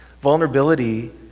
vulnerability